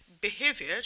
behavior